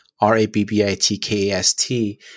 R-A-B-B-I-T-K-A-S-T